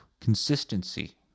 Consistency